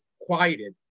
quieted